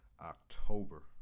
October